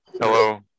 hello